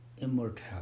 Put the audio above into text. immortality